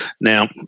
Now